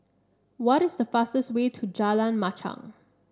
what is the fastest way to Jalan Machang